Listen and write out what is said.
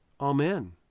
Amen